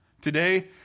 Today